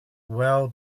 well